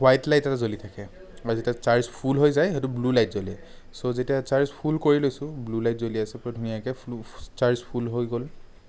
white light এটা জ্বলি থাকে আৰু যেতিয়া চাৰ্জ ফুল হৈ যায় সেইটো ব্লু লাইট জ্বলে চ' যেতিয়া চাৰ্জ ফুল কৰি লৈছোঁ ব্লু লাইট জ্বলি আছে পুৰা ধুনীয়াকৈ চাৰ্জ ফুল হৈ গ'ল